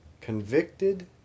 convicted